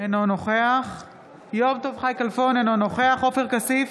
אינו נוכח יום טוב חי כלפון, אינו נוכח עופר כסיף,